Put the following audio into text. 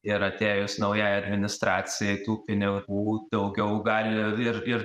ir atėjus naujai administracijai tų pinigų daugiau gali ir ir